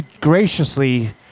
graciously